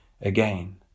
again